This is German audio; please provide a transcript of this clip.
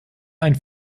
einen